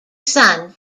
son